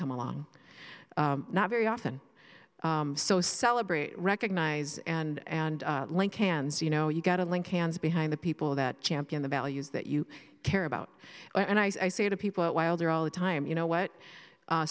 come along not very often so celebrate recognize and and link hands you know you get a link hands behind the people that champion the values that you care about and i say to people while they're all the time you know what